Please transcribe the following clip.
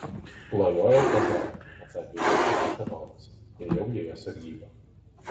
klajojau po žemę atsakė viešpačiui šėtonas ėjau joje sargybą